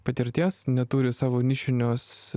patirties neturi savo nišiniuos